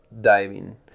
diving